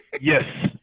Yes